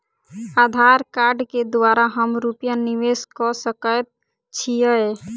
आधार कार्ड केँ द्वारा हम रूपया निवेश कऽ सकैत छीयै?